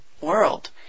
world